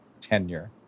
tenure